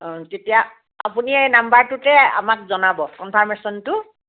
অ' তেতিয়া আপুনি এই নম্বৰটোতে আমাক জনাব কনফাৰ্মেশ্যনটো